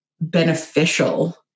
beneficial